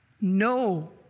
No